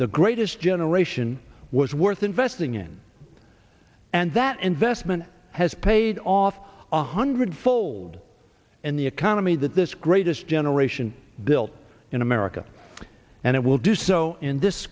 the greatest generation was worth investing in and that investment has paid off a hundred fold in the economy that this greatest generation built in america and it will do so in this